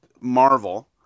Marvel